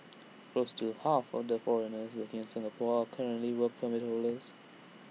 close to half order foreigners working in Singapore are currently Work Permit holders